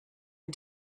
and